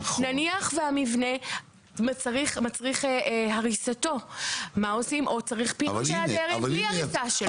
נניח שהמבנה צריך הריסה או פינוי של הדיירים בלי הריסה שלו.